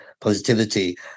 positivity